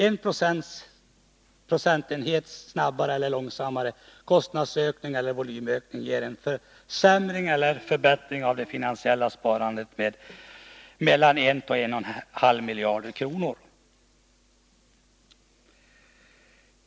En procentenhet snabbare eller långsammare kostnadsökning eller volymökning ger en försämring eller förbättring av det finansiella sparandet med mellan 1 och 1,5 miljarder kronor.